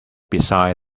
beside